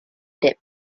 dip